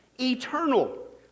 Eternal